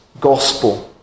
Gospel